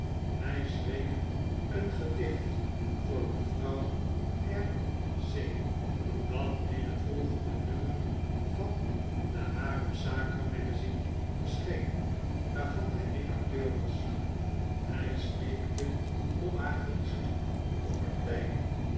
hij schreef een gedicht voor mevrouw r c dat in het eerstvolgende nummer van den harumscarum magazine verscheen waarvan hij redacteur was hij smeekte om haar gunst op partijen